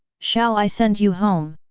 shall i send you home?